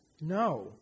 No